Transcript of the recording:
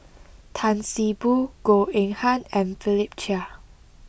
Tan See Boo Goh Eng Han and Philip Chia